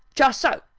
just so.